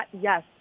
yes